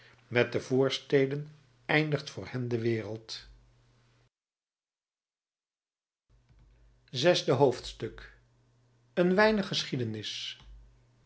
met de voorsteden eindigt voor hen de wereld zesde hoofdstuk een weinig geschiedenis